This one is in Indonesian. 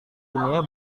ini